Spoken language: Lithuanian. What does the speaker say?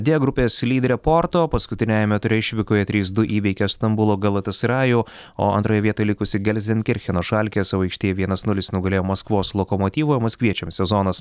dė grupės lyderė porto paskutiniajame ture išvykoje trys du įveikė stambulo galatasarajų o antroje vietoje likusi gelzin kircheno šalkė savo aikštė vienas nulis nugalėjo maskvos lokomotyvo maskviečiams sezonas